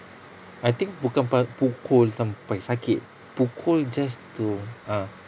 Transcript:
I think bukan pa~ pukul sampai sakit pukul just to ah